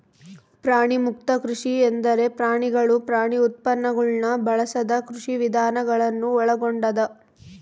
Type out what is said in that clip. ಪ್ರಾಣಿಮುಕ್ತ ಕೃಷಿ ಎಂದರೆ ಪ್ರಾಣಿಗಳು ಪ್ರಾಣಿ ಉತ್ಪನ್ನಗುಳ್ನ ಬಳಸದ ಕೃಷಿವಿಧಾನ ಗಳನ್ನು ಒಳಗೊಂಡದ